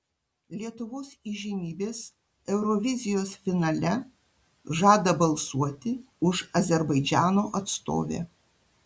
lietuvos įžymybės eurovizijos finale žada balsuoti už azerbaidžano atstovę